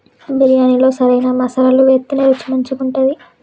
బిర్యాణిలో సరైన మసాలాలు వేత్తేనే రుచి మంచిగుంటది